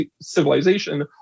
civilization